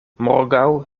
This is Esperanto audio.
morgaŭ